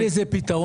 אם אין לזה פתרון,